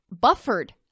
buffered